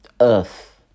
earth